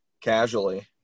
casually